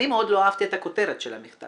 אני מאוד לא אהבתי את הכותרת של המכתב.